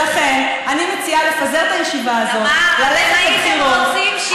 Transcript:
למה לא לתת פתרון?